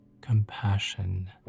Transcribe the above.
compassion